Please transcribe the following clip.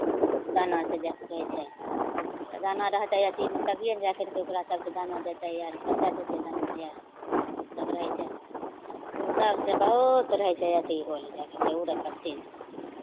दाना से जाए कऽ कहै छै दाना रहतै अथिमे तभिए जाए करि कऽ ओकरा सभके दानो देतै आर ओतै देतै दाना आर सभ रहै छै ओ सभसँ बहुत रहै छै अथि होल जाए करि कऽ उड़ै पक्षी से